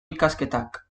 ikasketak